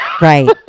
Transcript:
Right